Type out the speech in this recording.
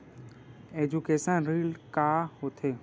Education ऋण का होथे?